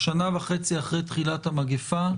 שנה וחצי אחרי תחילת המגפה,